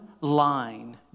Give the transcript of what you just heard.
line